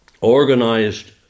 organized